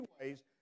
ways